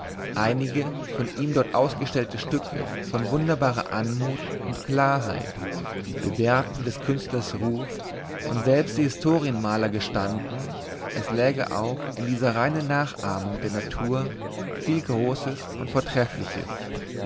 einige von ihm dort aufgestellte stücke von wunderbarer anmut und klarheit bewährten des künstlers ruf und selbst die historienmaler gestanden es läge auch in dieser reinen nachahmung der natur viel großes und vortreffliches